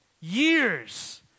years